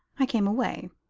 i came away.